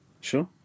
Sure